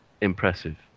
impressive